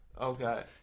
Okay